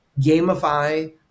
gamify